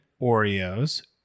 Oreos